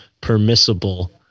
permissible